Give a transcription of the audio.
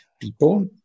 people